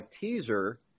teaser